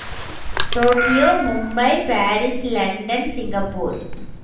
Tokyo Mumbai Paris London Singapore